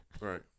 Right